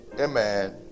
Amen